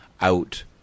out